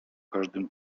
każdym